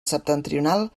septentrional